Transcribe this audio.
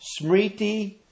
Smriti